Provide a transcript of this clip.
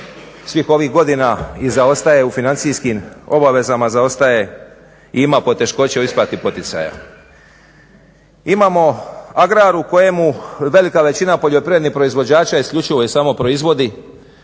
svih ovih godina i zaostaje u financijskim obavezama, zaostaje i ima poteškoće u isplati poticaja. Imamo agrar u kojemu velika većina poljoprivrednih proizvođača isključivo i samo proizvodi,